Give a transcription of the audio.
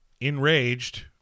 enraged